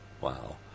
Wow